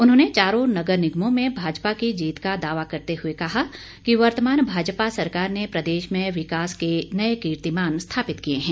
उन्होंने चारों नगर निगमों में भाजपा की जीत का दावा करते हुए कहा कि वर्तमान भाजपा सरकार ने प्रदेश में विकास के नए कीर्तिमान स्थापित किए हैं